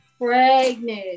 pregnant